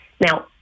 Now